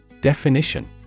Definition